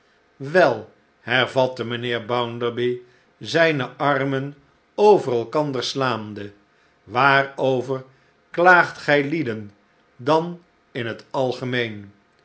wel hervatte mijnheer bounderby zijne armen over elkander slaande waarover klaagt gijlieden dan in het algemeen